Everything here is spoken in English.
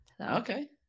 Okay